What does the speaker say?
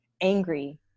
angry